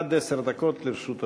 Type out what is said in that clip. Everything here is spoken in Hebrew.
עד עשר דקות לרשות אדוני.